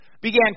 began